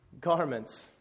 garments